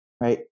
right